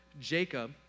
Jacob